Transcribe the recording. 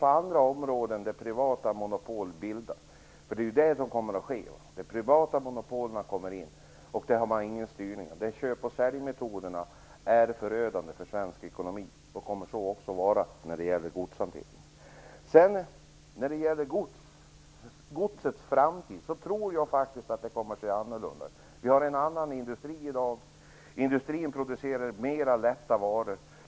På andra områden kan man se hur privata monopol bildas - och det är just vad som kommer att ske här. När de privata monopolen kommer in har man ingen styrning. Köp-och-sälj-metoderna är förödande för svensk ekonomi. Det kommer de att vara även för godstrafiken. I framtiden tror jag att godsflödena kommer att se annorlunda ut. Det finns en annan sorts industri i dag som producerar lättare varor.